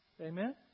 Amen